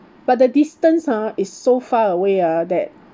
but the distance ah is so far away ah that